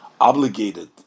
obligated